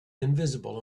invisible